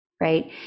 right